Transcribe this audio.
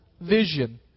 vision